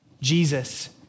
Jesus